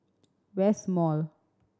West Mall